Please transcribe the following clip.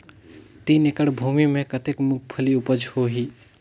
तीन एकड़ भूमि मे कतेक मुंगफली उपज होही?